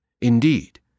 Indeed